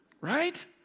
Right